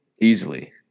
Easily